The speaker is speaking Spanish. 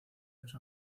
los